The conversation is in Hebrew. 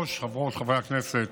וחברי הכנסת,